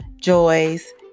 joys